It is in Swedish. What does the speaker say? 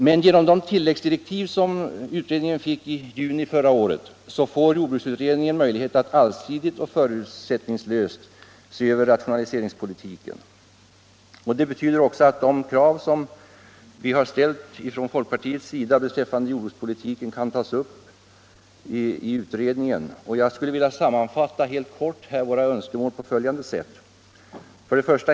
Men genom de tilläggsdirektiv som utredningen erhöll i juni förra året har jordbruksutredningen fått möjlighet att allsidigt och förutsättningslöst se över rationaliseringspolitiken. Detta betyder att de krav som folkpartiet ställt beträffande jordbrukspolitiken kan tas upp i utredningen. Jag skulle helt kort vilja sammanfatta våra önskemål på följande sätt: 1.